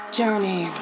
journey